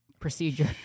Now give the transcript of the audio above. procedure